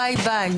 ביי ביי.